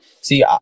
see